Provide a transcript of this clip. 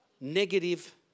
negative